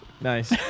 Nice